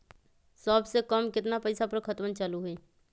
सबसे कम केतना पईसा पर खतवन चालु होई?